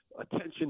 attention